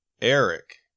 Eric